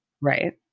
Right